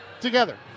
together